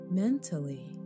mentally